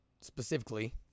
specifically